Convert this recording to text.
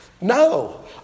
No